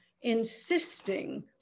insisting